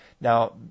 now